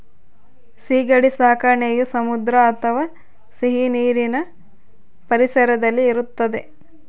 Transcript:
ಸೀಗಡಿ ಸಾಕಣೆಯು ಸಮುದ್ರ ಅಥವಾ ಸಿಹಿನೀರಿನ ಪರಿಸರದಲ್ಲಿ ಇರುತ್ತದೆ